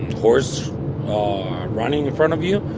horse running in front of you,